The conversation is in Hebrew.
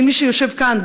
ממי שיושבים כאן,